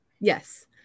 Yes